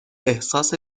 احساس